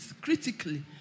critically